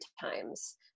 times